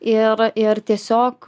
ir ir tiesiog